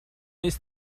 ist